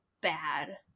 bad